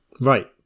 right